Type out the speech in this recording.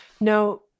No